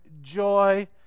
joy